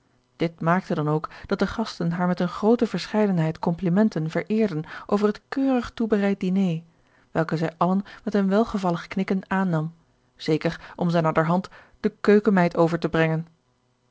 dit maakte dan ook dat de gasten haar met eene groote verscheidenheid complimenten vereerden over het keurig toebereid diner welke zij allen met een welgevallig knikken aannam zeker om ze naderhand de keukenmeid over te brengen